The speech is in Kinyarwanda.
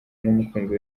numukunzi